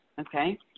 okay